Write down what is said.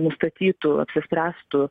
nustatytų apsispręstų